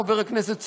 חבר הכנסת סעדי,